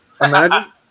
Imagine